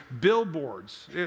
billboards